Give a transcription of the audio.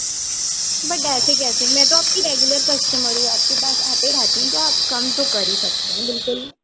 but ऐसे केसे मैं तो आपकी रेगुलर कस्टमर हूँ आपके पास आते रहती हूँ तो आप कम तो कर ही सकते हैं बिलकुल